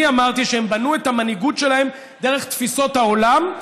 אני אמרתי שהן בנו את המנהיגות שלהן דרך תפיסות העולם,